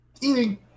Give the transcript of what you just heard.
eating